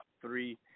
three